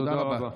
תודה רבה.